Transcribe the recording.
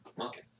Okay